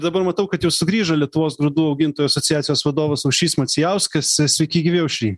dabar matau kad jau sugrįžo lietuvos grūdų augintojų asociacijos vadovas aušrys macijauskas sveiki gyvi aušry